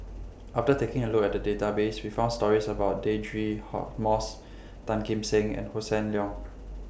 after taking A Look At The Database We found stories about Deirdre Hot Moss Tan Kim Seng and Hossan Leong